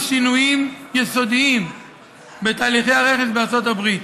שינויים יסודיים בתהליכי הרכש בארצות הברית: